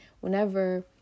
whenever